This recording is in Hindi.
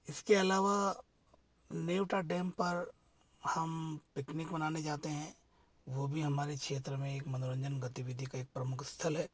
इसके अलावा न्युटा डैम्प पर हम पिकनिक बनाने जाते है वो भी हमारे क्षेत्र में एक मनोरंजन गतिविधि का एक प्रमुख स्थल है